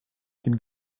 could